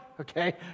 Okay